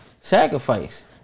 sacrifice